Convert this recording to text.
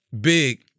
big